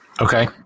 Okay